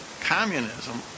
communism